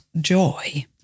joy